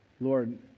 Lord